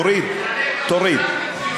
תעלה את המנדטים, תוריד את התלמידים.